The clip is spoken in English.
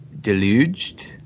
deluged